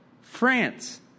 France